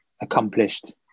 accomplished